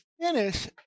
finish